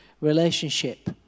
relationship